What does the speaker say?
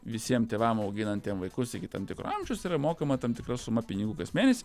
visiem tėvam auginantiem vaikus iki tam tikro amžiaus yra mokama tam tikra suma pinigų kas mėnesį